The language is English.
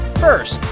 first,